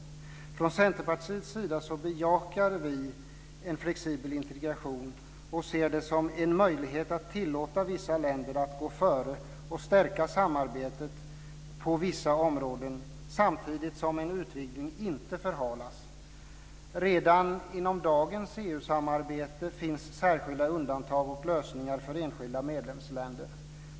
Vi från Centerpartiet bejakar en flexibel integration och ser det som en möjlighet att tillåta vissa länder att gå före och stärka samarbetet på vissa områden samtidigt som en utvidgning inte förhalas. Redan inom dagens EU-samarbete finns särskilda undantag och lösningar för enskilda medlemsländer.